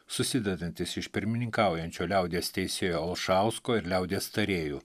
susidedantis iš pirmininkaujančio liaudies teisėjo olšausko ir liaudies tarėjų